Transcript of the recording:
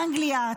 אנגליה,